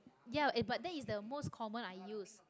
ya uh but that is the most common i use